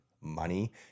money